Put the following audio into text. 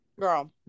Girl